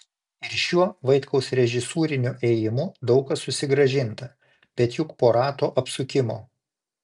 ir šiuo vaitkaus režisūriniu ėjimu daug kas susigrąžinta bet juk po rato apsukimo